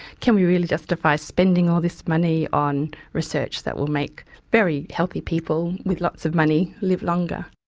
can we really justify spending all this money on research that would make very healthy people with lots of money, live longer.